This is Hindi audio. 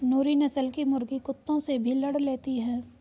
नूरी नस्ल की मुर्गी कुत्तों से भी लड़ लेती है